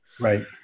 Right